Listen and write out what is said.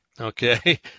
Okay